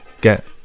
Get